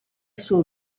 suo